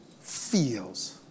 feels